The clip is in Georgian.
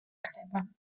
ხდება